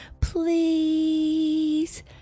Please